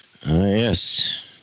Yes